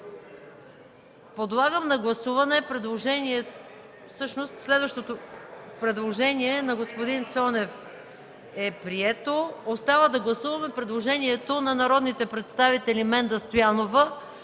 Подлагам на гласуване предложението от народния представител Менда Стоянова